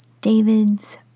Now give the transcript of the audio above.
David's